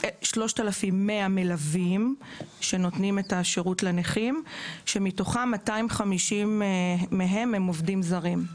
כ-3,100 מלווים שנותנים את השירות לנכים; כ-250 מהם הם עובדים זרים.